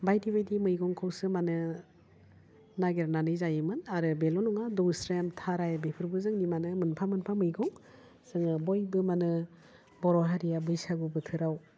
बायदि बायदि मैगंखौसो मानो नायगिरनानै जायोमोन आरो बेल' नङा दौस्रेम थाराइ बेफोरबो जोंनि माने मोनफा मोनफा मैगं जोङो बयबो मानो बर' हारिया बैसागु बोथोराव